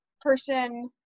person